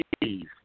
please